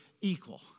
equal